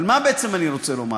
אבל מה בעצם אני רוצה לומר,